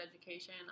education